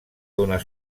donar